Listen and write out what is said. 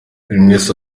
buriwese